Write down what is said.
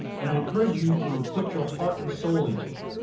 and i encourage you to put your heart and soul into it.